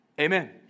Amen